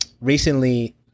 Recently